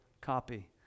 copy